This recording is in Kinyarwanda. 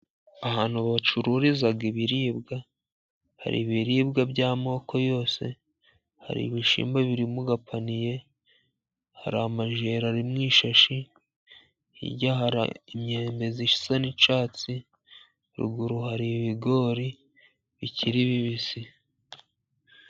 Ahantu bacururiza ibiribwa, hari ibiribwa by'amoko yose, hari ibishyimbo biri mugapaniye, hari n'amajeri ari mu ishashi, hirya hari imyembe isa n'icyatsi ruguru hari ibigori bikiri bibisi.